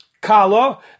Kala